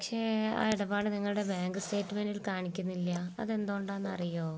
പക്ഷേ ആ ഇടപാട് നിങ്ങളുടെ ബാങ്ക് സ്റ്റേറ്റ്മെന്റില് കാണിക്കുന്നില്ല അതെന്തുകൊണ്ടാണെന്ന് അറിയുമോ